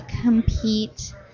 compete